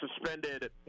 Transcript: suspended